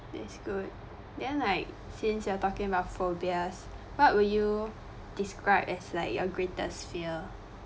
that is good then like since you are talking about phobias what would you describe as like your greatest fear